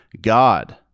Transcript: God